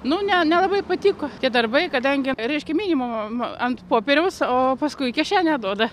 nu ne nelabai patiko tie darbai kadangi reiškia minimum ant popieriaus o paskui į kišenę duoda